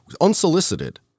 unsolicited